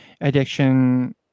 addiction